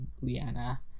Liana